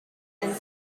and